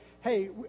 hey